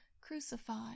crucified